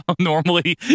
normally